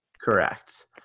Correct